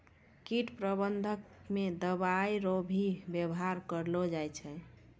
कीट प्रबंधक मे दवाइ रो भी वेवहार करलो जाय छै